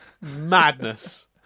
madness